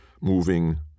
moving